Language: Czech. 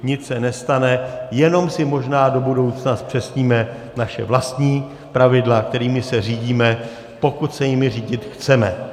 Nic se nestane, jenom si možná do budoucna zpřesníme naše vlastní pravidla, kterými se řídíme, pokud se jimi řídit chceme.